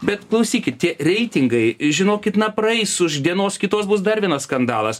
bet klausykit tie reitingai žinokit na praeis už dienos kitos bus dar vienas skandalas